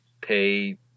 pay